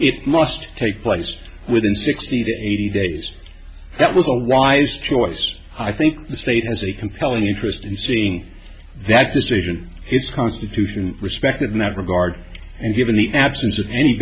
it must take place within sixty to eighty days that was a wise choice i think the state has a compelling interest in seeing that decision its constitution respected in that regard and given the absence of any